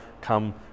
come